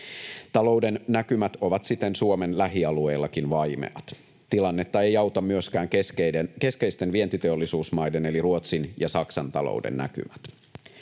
Talouden näkymät ovat siten Suomen lähialueillakin vai-meat. Tilannetta ei auta myöskään keskeisten vientiteollisuusmaiden, Ruotsin ja Saksan, talouden näkymät.